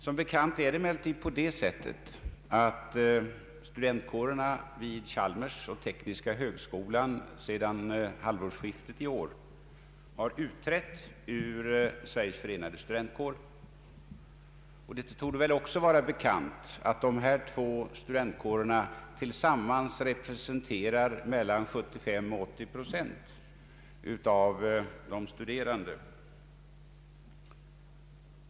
Som bekant utträdde emellertid studentkårerna vid Chalmers och tekniska högskolan ur Sveriges förenade studentkårer vid senaste halvårsskiftet. Det torde också vara bekant att dessa två studentkårer tillsammans representerar mellan 75 och 80 procent av de tekniskt studerande.